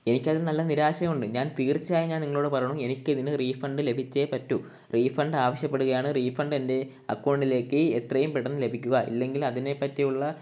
എനിക്കതിൽ നല്ല നിരാശയുണ്ട് ഞാൻ തീർച്ചയായും ഞാൻ നിങ്ങളോടു പറെണു എനിക്കിതിന് റീഫണ്ട് ലഭിച്ചേ പറ്റൂ റീഫണ്ട് ആവശ്യപ്പെടുകയാണ് റീഫണ്ട് എൻ്റെ അക്കൗണ്ടിലേക്ക് എത്രയും പെട്ടെന്ന് ലഭിക്കുക ഇല്ലെങ്കിൽ അതിനെ പറ്റിയുള്ള